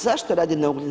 Zašto radi na ugljen?